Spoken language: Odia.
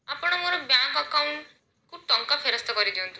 ଆପଣ ମୋର ବ୍ୟାଙ୍କ ଆକାଉଣ୍ଟକୁ ଟଙ୍କା ଫେରସ୍ତ କରିଦିଅନ୍ତୁ